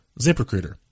ZipRecruiter